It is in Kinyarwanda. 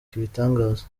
kibitangaza